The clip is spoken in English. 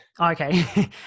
okay